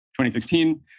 2016